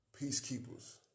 peacekeepers